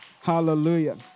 Hallelujah